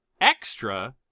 Extra